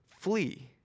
flee